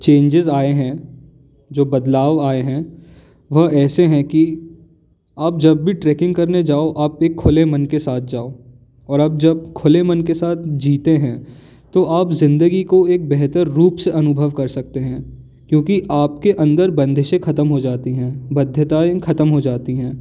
changes आए हैं जो बदलाव आए हैं वह ऐसे हैं कि आप जब भी ट्रैकिंग करने जाओ आप एक खुले मन के साथ जाओ और आप जब खुले मन के साथ जीते हैं तो आप ज़िंदगी को एक बेहतर रूप से अनुभव कर सकते हैं क्योंकि आपके अन्दर बंदिशें ख़त्म हो जाती हैं बध्ताए ख़त्म हो जाती है